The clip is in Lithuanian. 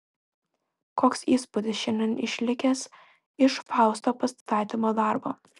koks įspūdis šiandien išlikęs iš fausto pastatymo darbo